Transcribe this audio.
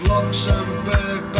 Luxembourg